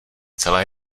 celé